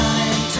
Time